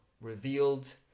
revealed